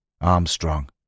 Armstrong